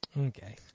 Okay